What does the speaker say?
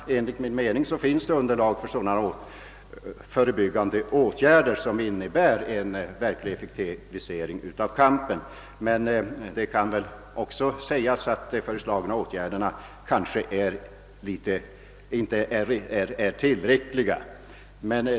Utredningen ger enligt min mening underlag för sådana förebyggande åtgärder som innebär en verklig effektivisering av kampen mot silikosen. De föreslagna åtgärderna torde emellertid inte vara tillräckliga.